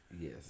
Yes